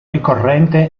ricorrente